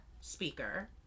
speaker